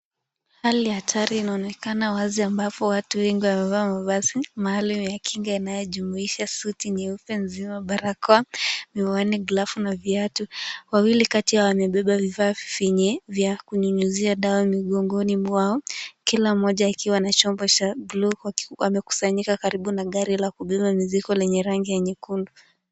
Hali ya hatari inaonakana wazi amabapo watu wengi wameva mavazi maalum ya kinga inayojumuisha suti nyeupe mzima, barakoa, miwani, glavu na viatu. Wawili kati yao wamebeba vifaa vifainyi vya kunyunyizia dawa migongoni mwao, kila moja akiwa na chombo cha gloko amekusanyika karibu na gari la kubeba mizigo lenye rangi ya nyekundu.